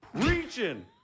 Preaching